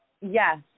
yes